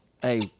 Hey